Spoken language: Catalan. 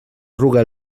arruga